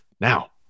now